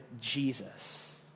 Jesus